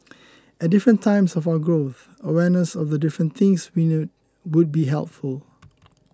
at different times of our growth awareness of the different things we need would be helpful